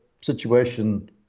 situation